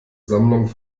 sammlung